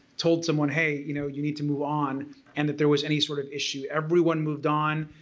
told someone hey you know you need to move on and that there was any sort of issue. everyone moved on.